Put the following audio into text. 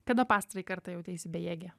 kada pastarąjį kartą jauteisi bejėgė